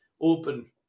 open